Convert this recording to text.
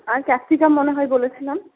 আর capsicum মনে হয় বলেছিলাম